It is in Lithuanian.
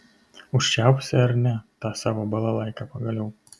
užčiaupsi ar ne tą savo balalaiką pagaliau